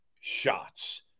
shots